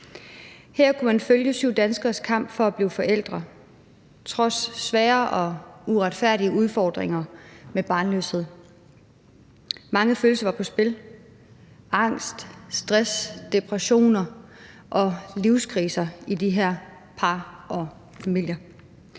Her kunne man følge syv danskeres kamp for at blive forældre trods svære og uretfærdige udfordringer med barnløshed. Mange følelser var på spil hos de her par og familier: